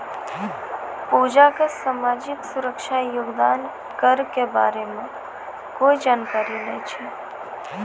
पूजा क सामाजिक सुरक्षा योगदान कर के बारे मे कोय जानकारी नय छै